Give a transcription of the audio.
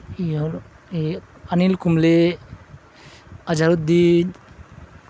Anil Kumble Azhar Uddin